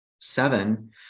Seven